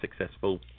successful